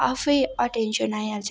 आफै अटेन्सन आइहाल्छ